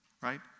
Right